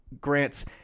grants